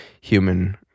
human